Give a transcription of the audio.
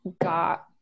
got